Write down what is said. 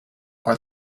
are